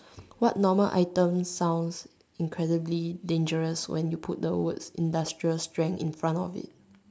what normal item sounds incredibly dangerous when you put the words industrial strength in front of it